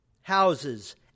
houses